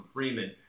Freeman